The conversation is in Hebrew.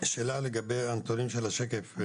לגבי הנתונים של השקף הזה.